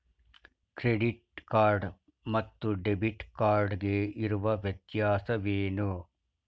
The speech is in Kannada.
ಕ್ರೆಡಿಟ್ ಕಾರ್ಡ್ ಮತ್ತು ಡೆಬಿಟ್ ಕಾರ್ಡ್ ಗೆ ಇರುವ ವ್ಯತ್ಯಾಸವೇನು?